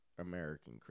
American